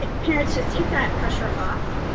ah parents, just take that pressure off.